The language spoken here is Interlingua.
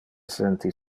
senti